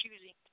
choosing